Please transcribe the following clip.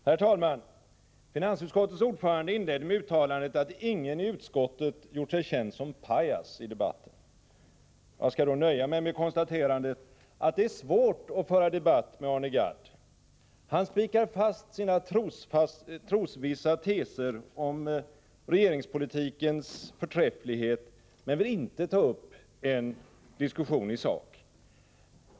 Herr talman! Finansutskottets ordförande inledde med uttalandet att ingen i utskottet gjort sig känd som pajas i debatten. Jag skall då nöja mig med att konstatera att det är svårt att föra debatt med Arne Gadd. Han spikar fast sina trosvissa teser om regeringspolitikens förträfflighet men vill inte ta upp en diskussion i sak.